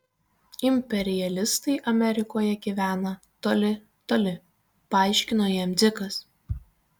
imperialistai amerikoje gyvena toli toli paaiškino jam dzikas